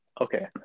okay